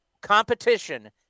competition